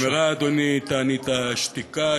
נגמרה, אדוני, תענית השתיקה.